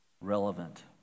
Relevant